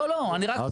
לא, לא, עזוב אותנו.